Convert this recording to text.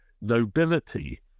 nobility